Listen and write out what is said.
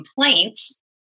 complaints